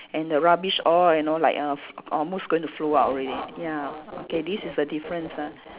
and the rubbish all you know like of almost going to flow out already ya okay this is a difference ah